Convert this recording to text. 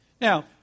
Now